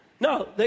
No